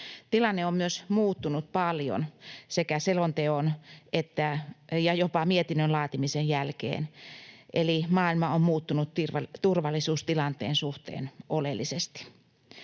Tilanne on myös muuttunut paljon selonteon ja jopa mietinnön laatimisen jälkeen, eli maailma on muuttunut turvallisuustilanteen suhteen oleellisesti.